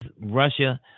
Russia